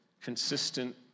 consistent